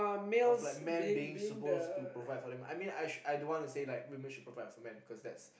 of like men being supposed to provide for them I mean I sh~ don't want to say like women should provide for men because that's